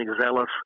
zealous